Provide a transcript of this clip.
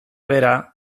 bera